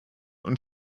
und